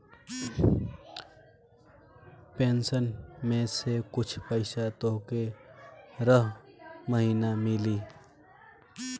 pension में से कुछ पईसा तोहके रह महिना मिली